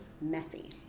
messy